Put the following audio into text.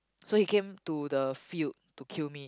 so he came to the field to kill me